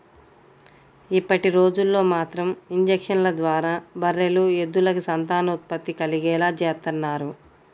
ఇప్పటిరోజుల్లో మాత్రం ఇంజక్షన్ల ద్వారా బర్రెలు, ఎద్దులకి సంతానోత్పత్తి కలిగేలా చేత్తన్నారు